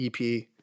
EP